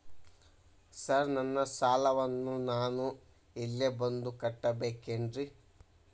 Sir ನನ್ನ ಸಾಲವನ್ನು ನಾನು ಇಲ್ಲೇ ಬಂದು ಕಟ್ಟಬೇಕೇನ್ರಿ?